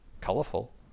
colorful